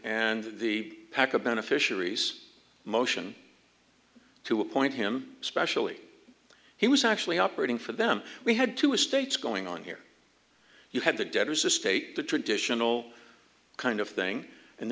and the pack of beneficiaries motion to appoint him specially he was actually operating for them we had to a state's going on here you had the debtors estate the traditional kind of thing and